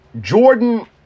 Jordan